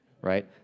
right